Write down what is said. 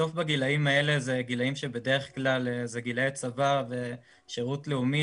בסוף בגילאים האלה אלה בדרך כלל גילאי צבא ושירות לאומי